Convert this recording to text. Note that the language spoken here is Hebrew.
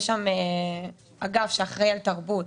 יש שם אגף שאחראי על תרבות,